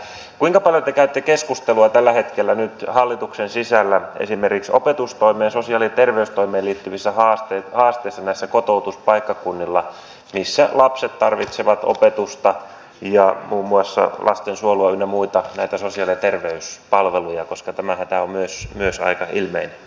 mutta kuinka paljon te käytte keskustelua tällä hetkellä nyt hallituksen sisällä esimerkiksi opetustoimeen sosiaali ja terveystoimeen liittyvistä haasteista näillä kotoutuspaikkakunnilla missä lapset tarvitsevat opetusta ja muun muassa lastensuojelua ynnä muita näitä sosiaali ja terveyspalveluja koska tämä hätä on myös aika ilmeinen